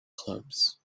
clubs